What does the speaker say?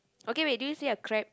okay wait do you see a crab